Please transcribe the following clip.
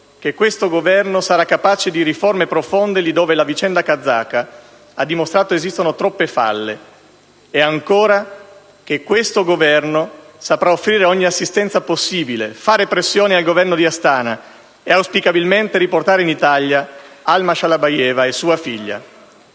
che questo Governo sarà capace di riforme profonde lì dove la vicenda kazaka ha dimostrato esistono troppe falle e, ancora, che questo Governo saprà offrire ogni assistenza possibile, fare pressioni al Governo di Astana e auspicabilmente riportare in Italia Alma Shalabayeva e sua figlia.